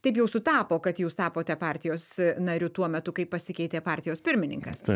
taip jau sutapo kad jūs tapote partijos nariu tuo metu kai pasikeitė partijos pirmininkas